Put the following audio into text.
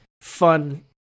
fun